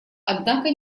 однако